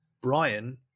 Brian